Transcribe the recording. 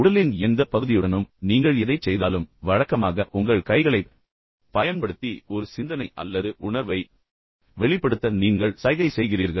எனவே உடலின் எந்தப் பகுதியுடனும் நீங்கள் எதைச் செய்தாலும் வழக்கமாக உங்கள் கைகளைப் பயன்படுத்தி ஒரு சிந்தனை அல்லது உணர்வை வெளிப்படுத்த நீங்கள் சைகை செய்கிறீர்கள்